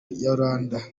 yolanda